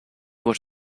was